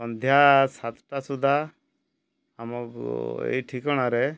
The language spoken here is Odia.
ସନ୍ଧ୍ୟା ସାତଟା ସୁଦ୍ଧା ଆମକୁ ଏଇ ଠିକଣାରେ